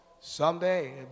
Someday